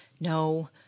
No